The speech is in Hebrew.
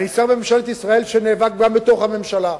אני שר בממשלת ישראל שנאבק גם בתוך הממשלה,